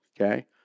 Okay